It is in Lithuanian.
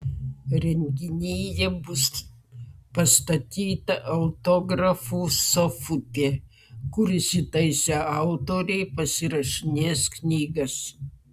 renginyje bus pastatyta autografų sofutė kur įsitaisę autoriai pasirašinės knygas